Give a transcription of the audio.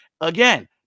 Again